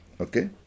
Okay